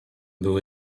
były